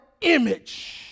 image